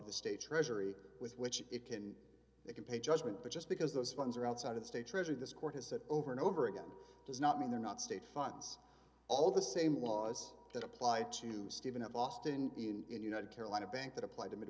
the state treasury with which it can they can pay judgment but just because those funds are outside of the state treasury this court has said over and over again does not mean they're not state funds all the same laws that apply to stephen f austin in united carolina bank that apply to mid